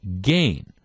gain